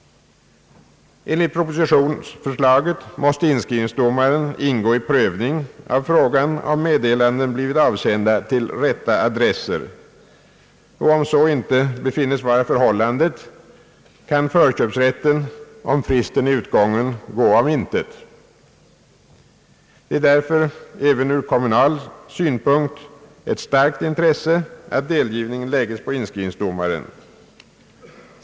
Enligt propositionsförslaget måste inskrivningsdomaren ingå i prövning av frågan om meddelanden blivit avsända till rätta adresser. Om så inte befinnes vara förhållandet kan förköpsrätten, om fristen är utgången, gå om intet. Det är därför även ur kommunal synpunkt ett starkt intresse att delgivningen anförtros inskrivningsdomaren.